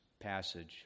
passage